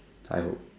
I hope